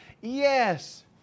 Yes